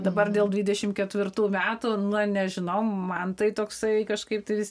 dabar dėl dvidešim ketvirtų metų na nežinau man tai toksai kažkaip tai vis